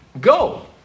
Go